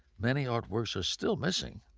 many artworks are still missing,